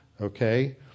Okay